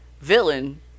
villain